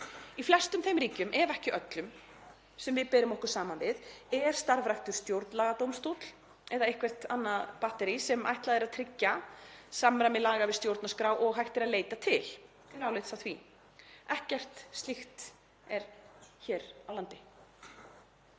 Í flestum þeim ríkjum, ef ekki öllum, sem við berum okkur saman við er starfræktur stjórnlagadómstóll eða eitthvert annað batterí sem ætlað er að tryggja samræmi laga við stjórnarskrá og hægt er að leita til, til álits á því. Ekkert slíkt er hér á landi.